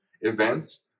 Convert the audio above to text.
events